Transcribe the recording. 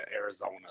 Arizona